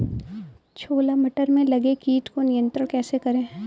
छोला मटर में लगे कीट को नियंत्रण कैसे करें?